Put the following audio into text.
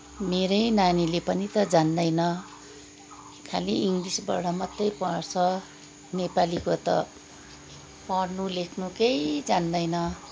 मेरै नानीले पनि त जान्दैन खालि इङ्ग्लिसबाट मात्रै पढ्छ नेपालीको त पढ्नु लेख्नु केही जान्दैन